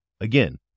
Again